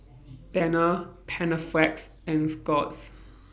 Tena Panaflex and Scott's